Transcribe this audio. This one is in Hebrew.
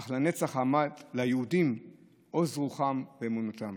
אך לנצח עמדו ליהודים עוז רוחם ואמונתם.